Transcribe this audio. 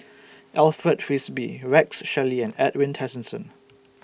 Alfred Frisby Rex Shelley and Edwin Tessensohn